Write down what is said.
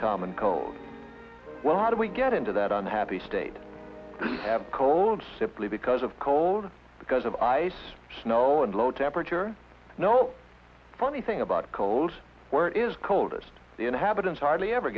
common cold well how do we get into that unhappy state have cold simply because of cold because of ice snow and low temperature no funny thing about cold where is coldest the inhabitants hardly ever